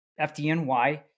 FDNY